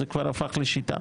זה כבר הפך לשיטה.